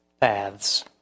paths